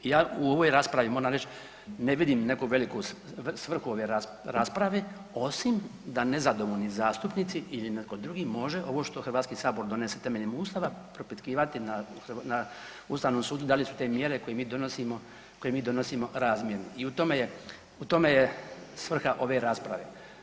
I ja u ovoj raspravi moram reći ne vidim neku veliku svrhu ove rasprave osim da nezadovoljni zastupnici i netko drugi ovo što HS donese temeljem Ustava propitkivati na Ustavnom sudu da li su te mjere koje mi donosimo razmjerne i u tome je svrha ove rasprave.